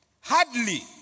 Hardly